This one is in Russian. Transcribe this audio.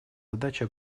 задача